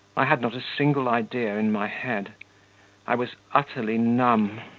i had not a single idea in my head i was utterly numb,